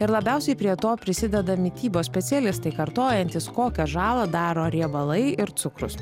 ir labiausiai prie to prisideda mitybos specialistai kartojantys kokią žalą daro riebalai ir cukrus